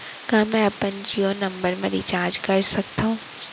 का मैं अपन जीयो नंबर म रिचार्ज कर सकथव?